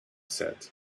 said